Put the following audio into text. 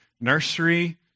nursery